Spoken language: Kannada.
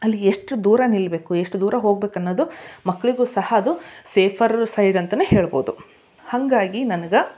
ಅಲ್ಲಿ ಎಷ್ಟು ದೂರ ನಿಲ್ಲಬೇಕು ಎಷ್ಟು ದೂರ ಹೋಗ್ಬೇಕು ಅನ್ನೋದು ಮಕ್ಕಳಿಗೂ ಸಹ ಅದು ಸೇಫರ್ರು ಸೈಡ್ ಅಂತಾನೆ ಹೇಳ್ಬೋದು ಹಾಗಾಗಿ ನನ್ಗೆ